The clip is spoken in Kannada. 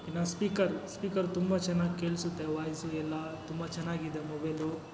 ಇನ್ನು ಸ್ಪೀಕರ್ ಸ್ಪೀಕರ್ ತುಂಬ ಚೆನ್ನಾಗಿ ಕೇಳ್ಸುತ್ತೆ ವಾಯ್ಸು ಎಲ್ಲ ತುಂಬ ಚೆನ್ನಾಗಿದೆ ಮೊಬೈಲು